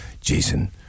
Jason